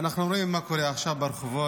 אנחנו רואים מה קורה עכשיו ברחובות,